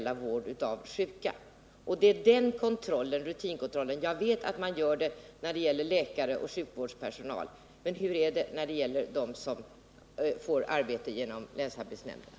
Jag vet att man gör en sådan rutinkontroll när det gäller läkare och sjukvårdspersonal, men hur är det när det gäller dem som får arbetet genom länsarbetsnämnderna?